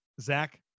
Zach